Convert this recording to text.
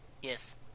Yes